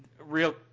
real